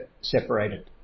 separated